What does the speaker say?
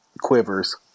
quivers